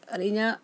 ᱟᱨ ᱤᱧᱟᱹᱜ